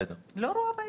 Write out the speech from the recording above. זו גם תוספת שלנו?